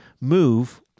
move